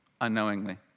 unknowingly